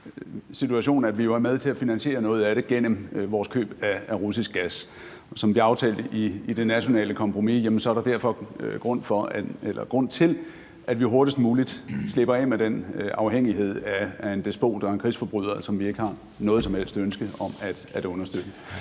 situation, at vi jo er med til at finansiere noget af det gennem vores køb af russisk gas. Som vi aftalte i det nationale kompromis, er der derfor grund til, at vi hurtigst muligt slipper af med den afhængighed af en despot og krigsforbryder, som vi ikke har noget som helst ønske om at understøtte.